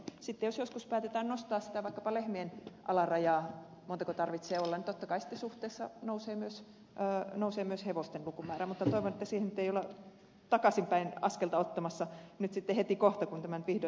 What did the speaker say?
sitten jos joskus päätetään nostaa vaikkapa sitä lehmien alarajaa montako tarvitsee olla niin totta kai sitten suhteessa nousee myös hevosten lukumäärä mutta toivon että siihen ei olla takaisin päin askelta ottamassa nyt sitten heti kohta kun tämä nyt vihdoin saadaan aikaiseksi